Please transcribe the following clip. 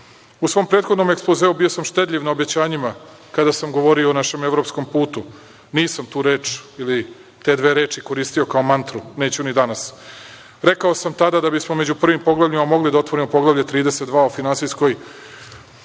svom prethodnom ekspozeu bio sam štedljiv na obećanjima kada sam govorio o našem evropskom putu. Nisam tu reč ili te dve reči koristio kao mantru, neću ni danas. Rekao sam tada da bismo među prvim poglavljima mogli da otvorimo Poglavlje 32 o finansijskoj